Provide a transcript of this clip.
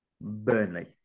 Burnley